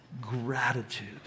gratitude